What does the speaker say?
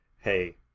hey